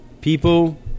people